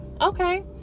okay